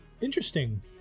interesting